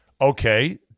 Okay